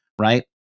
right